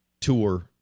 Tour